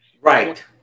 Right